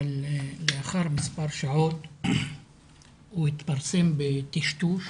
אבל לאחר מספר שעות הוא התפרסם בטשטוש